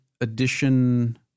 edition